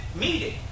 meeting